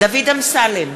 דוד אמסלם,